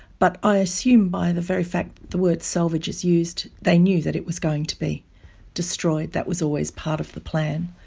but i assume by the very fact that the word salvage is used, they knew that it was going to be destroyed, that was always part of the plan.